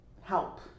help